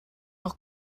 auch